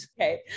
Okay